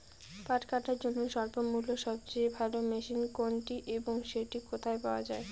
পাট কাটার জন্য স্বল্পমূল্যে সবচেয়ে ভালো মেশিন কোনটি এবং সেটি কোথায় পাওয়া য়ায়?